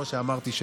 כמו שאמרתי,